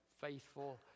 faithful